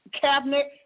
Cabinet